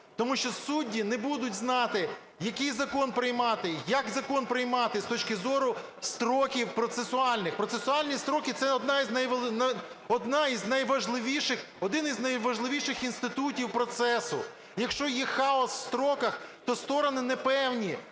Тому що судді не будуть знати, який закон приймати, як закон приймати з точки зору строків процесуальних. Процесуальні строки – це одна з найважливіших, один із найважливіших інститутів процесу. Якщо є хаос у строках, то сторони непевні,